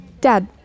Dad